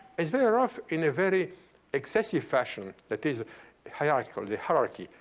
it's very rough in a very excessive fashion. that is hierarchical, the hierarchy,